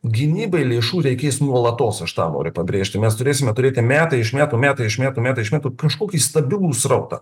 gynybai lėšų reikės nuolatos aš tą noriu pabrėžti mes turėsime turėti metai iš metų metai iš metų metai iš metų kažkokį stabilų srautą